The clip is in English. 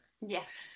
Yes